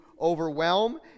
overwhelm